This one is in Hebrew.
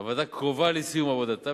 הוועדה קרובה לסיום עבודתה,